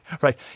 right